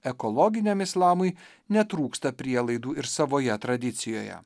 ekologiniam islamui netrūksta prielaidų ir savoje tradicijoje